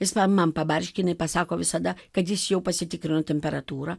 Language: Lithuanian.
jis va man pabarškina pasako visada kad jis jau pasitikrino temperatūrą